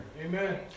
Amen